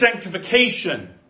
sanctification